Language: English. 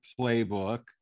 playbook